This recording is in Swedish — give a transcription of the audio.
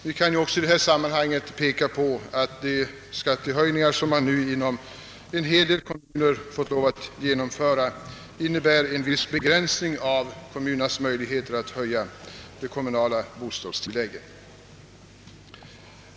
Jag kan i detta sammanhang också peka på att de skattehöjningar, som man inom en hel del kommuner fått lov att genomföra, innebär en viss begränsning av deras möjligheter att höja de kommunala bostadstilläggen.